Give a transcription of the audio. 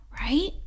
Right